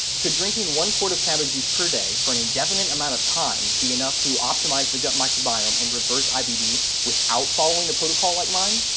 could drinking one quart of cabbage juice per day for an indefinite amount of time be enough to optimize the gut microbiome and reverse ibd without following a protocol like mine?